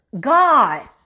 God